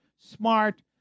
smart